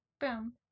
Boom